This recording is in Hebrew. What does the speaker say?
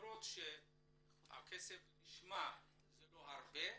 למרות שנשמע שהתשלום הוא לא גבוה,